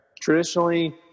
Traditionally